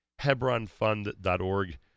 Hebronfund.org